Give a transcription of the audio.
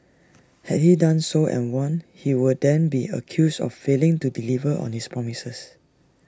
had he done so and won he would then be accused of failing to deliver on his promises